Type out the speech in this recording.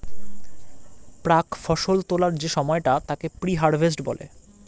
প্রাক্ ফসল তোলার যে সময়টা তাকে প্রি হারভেস্ট বলে